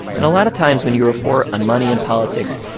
and a lot of times, when you report on money in politics,